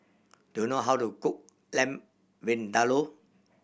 do you know how to cook Lamb Vindaloo